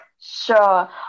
Sure